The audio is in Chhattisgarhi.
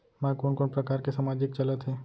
मैं कोन कोन प्रकार के सामाजिक चलत हे?